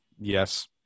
Yes